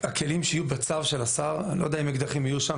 הכלים שיהיו בצו של השר - אני לא יודע אם אקדחים יהיו שם,